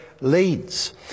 leads